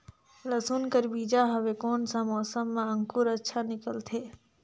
लसुन कर बीजा हवे कोन सा मौसम मां अंकुर अच्छा निकलथे?